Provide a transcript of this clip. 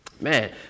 Man